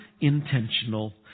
intentional